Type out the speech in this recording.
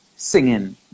singing